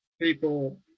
people